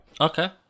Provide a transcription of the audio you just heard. Okay